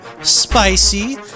spicy